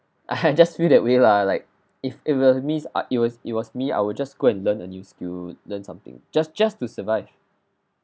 I just feel that way lah like if it were me uh it was it was me I will just go and learn a new skill learn something just just to survive